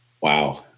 Wow